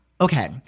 okay